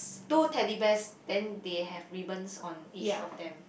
two Teddy Bears then they have ribbons on each of them